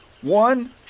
One